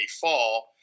fall –